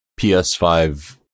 PS5